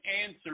answer